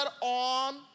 on